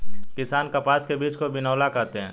किसान कपास के बीज को बिनौला कहते है